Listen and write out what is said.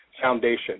Foundation